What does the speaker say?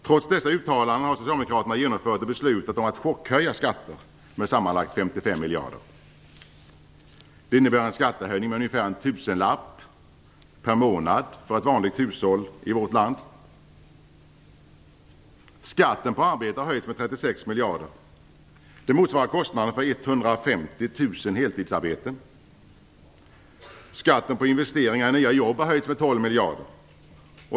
Trots dessa uttalanden har Socialdemokraterna genomfört och beslutat om att chockhöja skatter med sammanlagt 55 miljarder. Det innebär en skattehöjning med ungefär en tusenlapp i månaden för ett vanligt hushåll i vårt land. Skatten på arbete har höjts med 36 miljarder. Det motsvarar kostnaden för 150 000 heltidsarbeten. Skatten på investeringar i nya jobb har höjts med 12 miljarder.